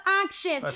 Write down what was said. action